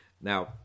Now